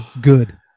Good